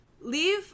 leave